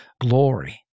glory